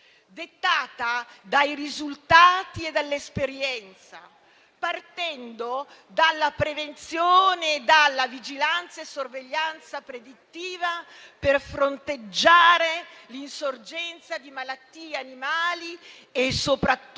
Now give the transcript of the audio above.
dettata dai risultati e dall'esperienza, partendo dalla prevenzione, dalla vigilanza e dalla sorveglianza predittiva, per fronteggiare l'insorgenza di malattie animali e, soprattutto,